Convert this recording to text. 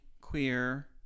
queer